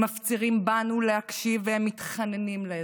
הם מפצירים בנו להקשיב והם מתחננים לעזרה.